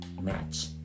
match